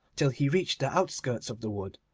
till he reached the outskirts of the wood,